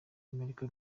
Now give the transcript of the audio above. amerika